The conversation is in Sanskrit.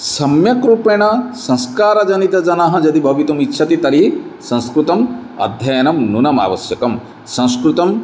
सम्यक् रूपेण संस्कारजनितजनः यदि भवितुम् इच्छति तर्हि संस्कृतम् अध्ययनं नूनम् आवश्यकं संस्कृतं